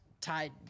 tied